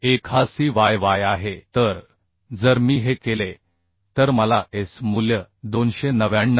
1 हा cyy आहे तर जर मी हे केले तर मला S मूल्य 299